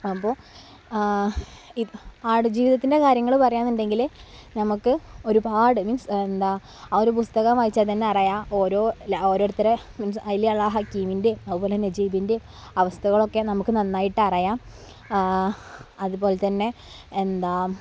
അപ്പോൾ ഇത് ആടുജീവിതത്തിന്റെ കാര്യങ്ങൾ പറയുകയെന്നുണ്ടെങ്കിൽ നമുക്ക് ഒരുപാട് മീന്സ് എന്താ ആ ഒരു പുസ്തകം വായിച്ചാൽ തന്നെ അറിയാം ഓരോ ഓരോരുത്തരെ കുറിച്ച് മീൻസ് അതിലുള്ള ഹക്കീമിന്റെയും അതുപോലെ നജീബിന്റെയും അവസ്ഥകളൊക്കെ നമുക്ക് നന്നായിട്ട് അറിയാം അതുപോലെ തന്നെ എന്താ